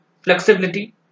flexibility